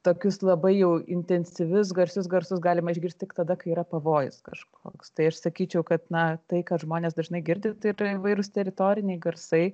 tokius labai jau intensyvius garsius garsus galima išgirst tik tada kai yra pavojus kažkoks tai aš sakyčiau kad na tai kad žmonės dažnai girdi tai ir įvairūs teritoriniai garsai